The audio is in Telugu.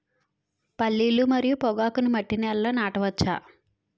పల్లీలు మరియు పొగాకును మట్టి నేలల్లో నాట వచ్చా?